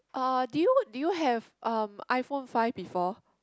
uh did you work did you have uh iPhone five before